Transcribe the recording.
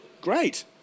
great